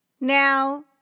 Now